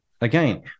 again